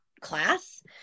class